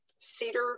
cedar